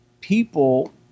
people